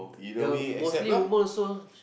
the mostly woman also